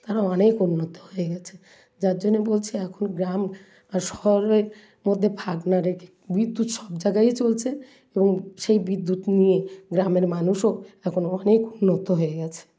তারা অনেক উন্নত হয়ে গেছে যার জন্যে বলছি এখন গ্রাম আর শহরের মধ্যে ভাগ না রেখে বিদ্যুৎ সব জায়গায়ই চলছে এবং সেই বিদ্যুৎ নিয়ে গ্রামের মানুষও এখন অনেক উন্নত হয়ে গেছে